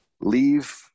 leave